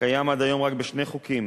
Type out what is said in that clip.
קיים עד היום רק בשני חוקים: